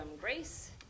grace